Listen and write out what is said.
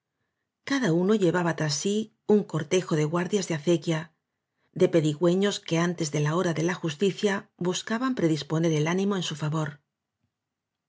cada uno llevaba tras sí un cortejo de guardias de acequia de pedigüeños que antes de la hora de la justicia buscaban predisponer el ánimo en su favor